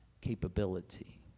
capability